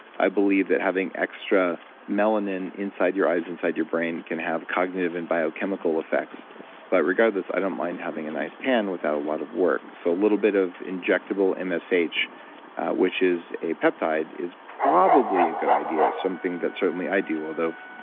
i believe that having extra melanin inside your eyes, inside your brain, can have cognitive and biochemical effects but regardless, i don't mind having a nice tan without a lot of work, so a little bit of injectable and msh which is a peptide, is probably a good idea of something that certainly i do, although,